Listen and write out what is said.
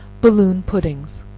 balloon puddings.